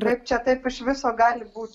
kaip čia taip iš viso gali būti